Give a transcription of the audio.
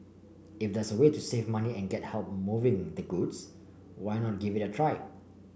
if there's a way to save money and get help moving the goods why not give it a try